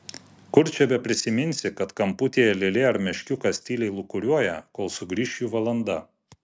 kur čia beprisiminsi kad kamputyje lėlė ar meškiukas tyliai lūkuriuoja kol sugrįš jų valanda